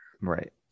Right